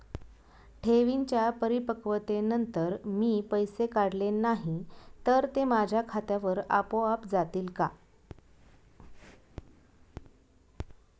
ठेवींच्या परिपक्वतेनंतर मी पैसे काढले नाही तर ते माझ्या खात्यावर आपोआप जातील का?